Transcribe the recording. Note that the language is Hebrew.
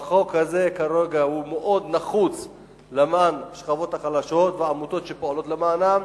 והחוק הזה כרגע מאוד נחוץ למען השכבות החלשות והעמותות שפועלות למענן.